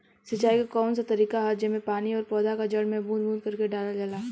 सिंचाई क कउन सा तरीका ह जेम्मे पानी और पौधा क जड़ में बूंद बूंद करके डालल जाला?